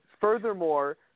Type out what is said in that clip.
Furthermore